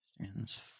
stands